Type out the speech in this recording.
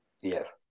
Yes